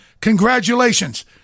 congratulations